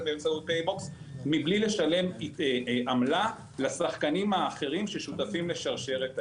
באמצעות "פייבוקס" מבלי לשלם עמלה לשחקנים האחרים ששותפים לשרשרת הערך.